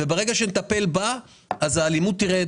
וברגע שנטפל בה אז האלימות תרד